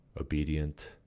obedient